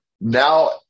now